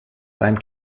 dein